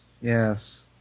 Yes